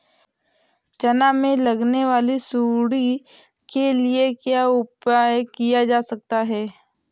चना में लगने वाली सुंडी के लिए क्या उपाय किया जा सकता है?